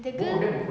the girl